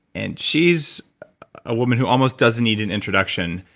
and she's a woman who almost doesn't need an introduction,